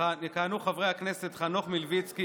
יכהנו חברי הכנסת חנוך מלביצקי,